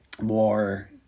more